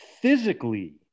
physically